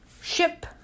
ship